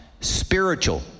spiritual